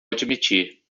admitir